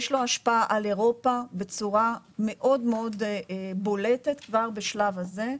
יש לו השפעה על אירופה בצורה מאוד בולטת כבר בשלב הזה,